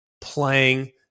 playing